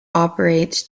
operates